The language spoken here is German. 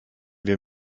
wir